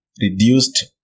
reduced